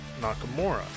Nakamura